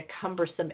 cumbersome